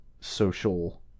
social